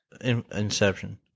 Inception